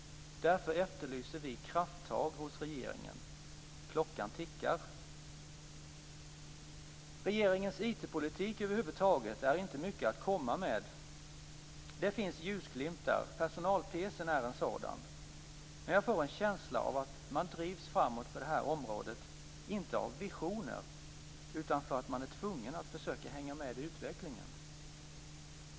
Därför efterlyser vi krafttag från regeringen. Klockan tickar. Regeringens IT-politik över huvud taget är inte mycket att komma med. Det finns ljusglimtar - personal-pc:n är en sådan - men jag får en känsla av att man drivs framåt på det här området, inte av visioner, utan för att man är tvungen att försöka hänga med i utvecklingen.